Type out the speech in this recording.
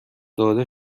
داده